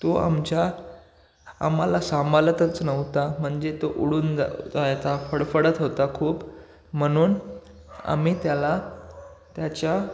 तो आमच्या आम्हाला सांभाळतच नव्हता म्हणजे तो उडून जा जायचं फडफडत होता खूप म्हणून आम्ही त्याला त्याच्या